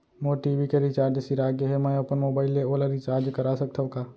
मोर TV के recharge सिरा गे हे, मैं अपन मोबाइल ले ओला रिचार्ज करा सकथव का?